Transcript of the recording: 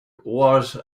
was